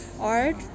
art